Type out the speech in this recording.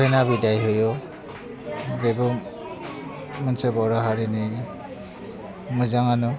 खैना बिदाय होयो बेबो मोनसे बर' हारिनि मोजाङानो